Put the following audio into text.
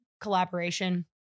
collaboration